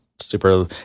Super